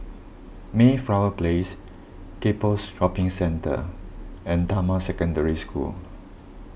Mayflower Place Gek Poh's Shopping Centre and Damai Secondary School